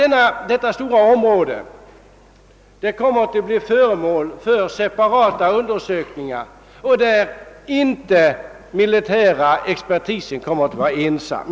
Hela detta stora område kommer att bli föremål för separata undersökningar, som inte de militära experterna kommer att sköta ensamma.